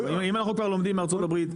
אם אנחנו כבר לומדים מארצות הברית,